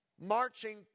marching